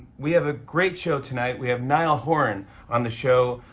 we have a great show tonight. we have niall horan on the show.